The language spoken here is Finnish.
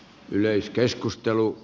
yleiskeskustelu